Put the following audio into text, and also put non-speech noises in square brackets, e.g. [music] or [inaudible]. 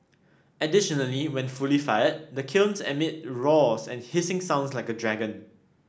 additionally when fully fired the kiln emits [unintelligible] and hissing sounds like a dragon